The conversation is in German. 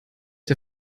der